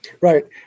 Right